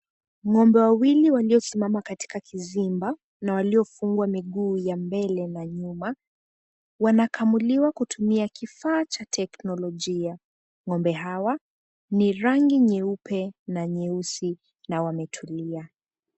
Ng'ombe wawili waliosimama katika kizimba na waliofungwa miguu ya mbele na nyuma wanakamuliwa kutumia kifaa cha teknolojia. Ng'ombe hawa ni rangi nyeupe na nyeusi na wametulia.